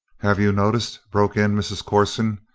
have you noticed, broke in mrs. corson,